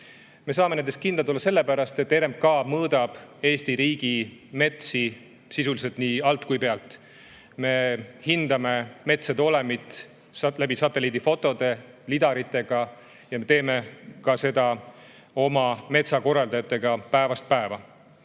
Me saame nendes kindlad olla sellepärast, et RMK mõõdab Eesti riigi metsi sisuliselt nii alt kui ka pealt. Me hindame metsade olemit satelliidifotode ja lidaritega ning me teeme seda oma metsakorraldajatega päevast päeva.